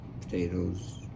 potatoes